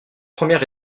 première